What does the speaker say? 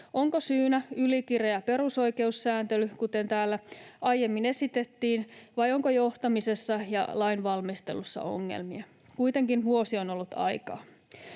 Onko syynä ylikireä perusoikeussääntely, kuten täällä aiemmin esitettiin, vai onko johtamisessa ja lainvalmistelussa ongelmia? Kuitenkin vuosi on ollut aikaa.